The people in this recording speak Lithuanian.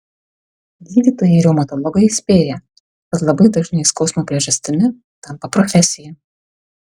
gydytojai reumatologai įspėja kad labai dažnai skausmo priežastimi tampa profesija